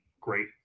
great